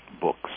books